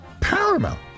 Paramount